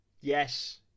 yes